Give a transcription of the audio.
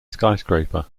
skyscraper